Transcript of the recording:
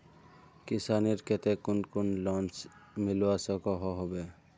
किसानेर केते कुन कुन लोन मिलवा सकोहो होबे?